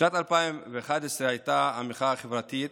בשנת 2011 הייתה המחאה החברתית,